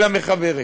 אלא מחברת.